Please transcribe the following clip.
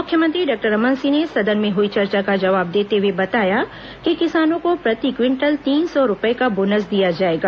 मुख्यमंत्री डॉक्टर रमन सिंह ने सदन में हुई चर्चा का जवाब देते हुए बताया कि किसानों को प्रति क्विटल तीन सौ रूपए का बोनस दिया जाएगा